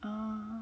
(uh huh)